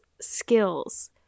skills